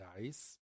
nice